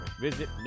Visit